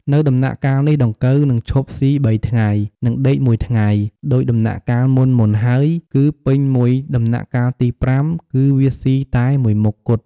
នៅដំណាក់កាលនេះ ដង្កូវនឹងឈប់ស៊ី៣ថ្ងៃ និងដេកមួយថ្ងៃដូចដំណាក់កាលមុនៗហើយ គឺពេញមួយដំណាក់កាលទី៥ គឺវាស៊ីតែមុខគត់។